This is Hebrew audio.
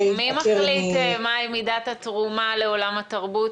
מי מחליט מהי מידת התרומה לעולם התרבות?